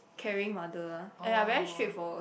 caring mother ah and I very straightforward also